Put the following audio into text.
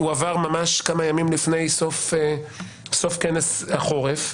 הוא עבר ממש כמה ימים לפני סוף כנס החורף.